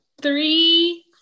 Three